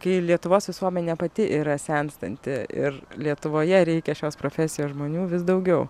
kai lietuvos visuomenė pati yra senstanti ir lietuvoje reikia šios profesijos žmonių vis daugiau